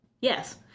Yes